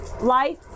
life